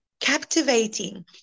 captivating